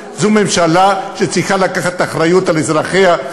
זו ממשלה שצריכה לקחת אחריות על אזרחיה,